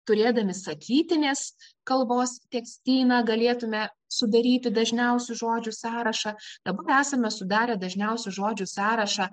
turėdami sakytinės kalbos tekstyną galėtume sudaryti dažniausių žodžių sąrašą dabar esame sudarę dažniausių žodžių sąrašą